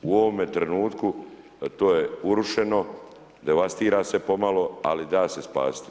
U ovome trenutku to je urušeno, devastira se pomalo, ali da se spasiti.